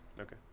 Okay